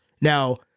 Now